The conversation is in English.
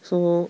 so